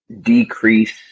decrease